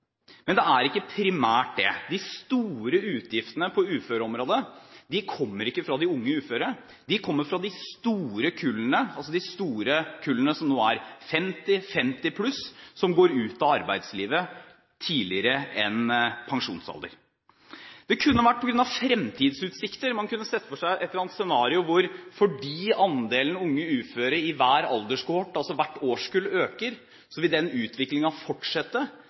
Men det er ikke primært det. De store utgiftene på uføreområdet kommer ikke fra de unge uføre. De kommer fra de store kullene som nå er 50 +, og som går ut av arbeidslivet tidligere enn ved pensjonsalder. Det kunne ha vært på grunn av fremtidsutsikter. Man kunne sett for seg et eller annet scenario hvor, fordi andelen unge uføre i